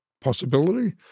possibility